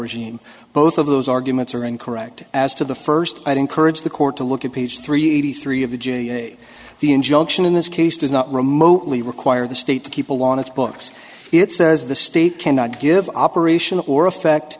regime both of those arguments are incorrect as to the first i'd encourage the court to look at page three eighty three of the g eight the injunction in this case does not remotely require the state to keep along its books it says the state cannot give operational or effect